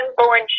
unborn